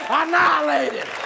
annihilated